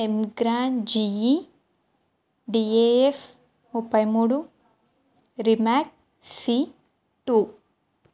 ఎం grand GE DAF ముప్పై మూడు రిమ్యాక్ సి టూ